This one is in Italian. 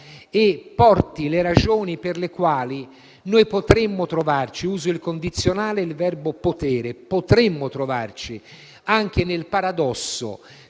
e porti le ragioni per le quali noi potremmo trovarci (uso il condizionale del verbo potere: potremmo trovarci) anche nel paradosso